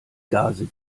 gase